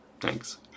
thanks